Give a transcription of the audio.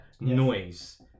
Noise